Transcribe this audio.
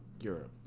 europe